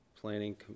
planning